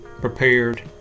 prepared